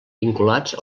vinculats